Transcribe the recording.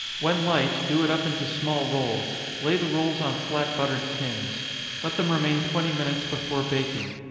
when light, do it up into small rolls lay the rolls on flat buttered tins let them remain twenty minutes before baking.